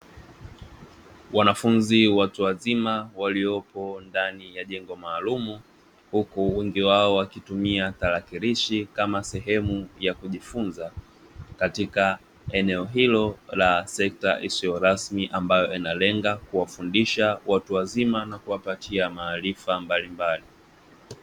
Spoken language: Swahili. Wanafunzi watu wazima waliopo ndani ya jengo maalumu, huku wengi wao wakitumia tarakilishi kama sehemu ya kujifunza, katika eneo hilo la sekta isiyo rasmi ambayo inalenga kuwafundisha watu wazima na kuwapatia maarifa mbalimbali.